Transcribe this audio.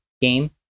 game